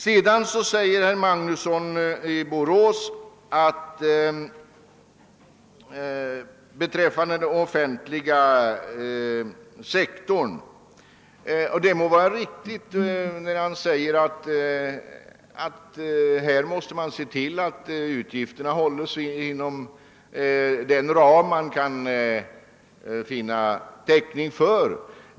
Sedan sade herr Magnusson i Borås att vi måste se till att utgifterna på den offentliga sektorn hålles inom den ram vi kan finna täckning för. Det må vara riktigt.